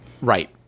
Right